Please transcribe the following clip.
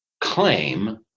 claim